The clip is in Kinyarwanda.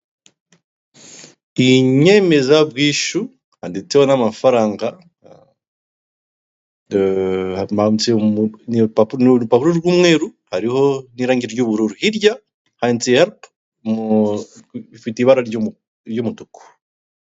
Iyi nyemezabwishyu handitseho n'amafaranga ni uruparo rw'umweru hariho n'irangi ry'ubururu hirya handitse apu ifite ibara ry'umutuku.